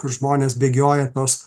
kur žmonės bėgioja tuos